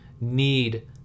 need